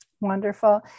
Wonderful